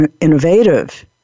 innovative